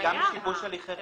זה גם שיבוש הליכי חקירה,